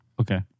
Okay